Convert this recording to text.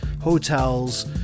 hotels